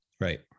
Right